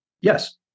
yes